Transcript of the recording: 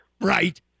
Right